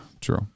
true